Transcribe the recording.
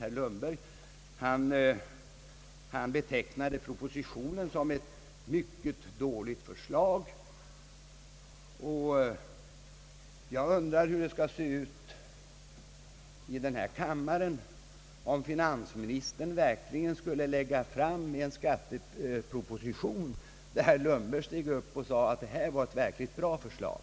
Herr Lundberg betecknade propositionen som ett mycket dåligt förslag. — Jag undrar hur man skulle reagera i kam maren, om finansministern verkligen skulle lägga fram en skatteproposition om vilken herr Lundberg skulle stiga upp och säga, att det här var ju ett verkligt bra förslag!